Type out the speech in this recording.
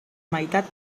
meitat